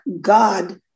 God